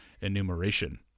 enumeration